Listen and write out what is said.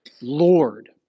Lord